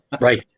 right